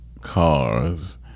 cars